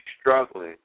struggling